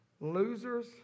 losers